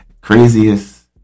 Craziest